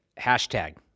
Hashtag